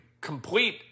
complete